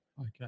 Okay